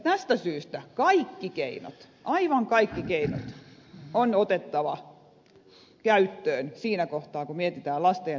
tästä syystä kaikki keinot aivan kaikki keinot on otettava käyttöön siinä kohtaa kun mietitään lasten ja nuorten tulevaisuutta